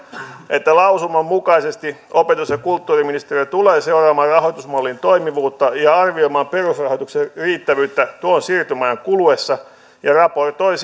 että lausuman mukaisesti opetus ja kulttuuriministeriö tulee seuraamaan rahoitusmallin toimivuutta ja arvioimaan perusrahoituksen riittävyyttä tuon siirtymäajan kuluessa ja raportoi